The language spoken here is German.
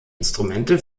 instrumente